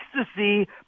ecstasy